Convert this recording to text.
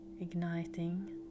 igniting